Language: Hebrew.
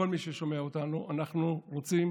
לכל מי ששומע אותנו: אנחנו רוצים